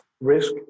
risk